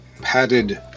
padded